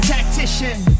Tactician